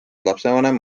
lapsevanem